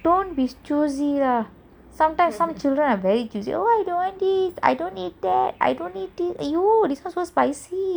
don't be choosy lah sometimes some children are very choosy oh I don't want this I don't eat that I don't eat this !aiyo! this [one] so spicy this [one] I don't want